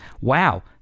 Wow